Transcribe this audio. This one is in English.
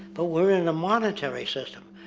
but we're in a monetary system,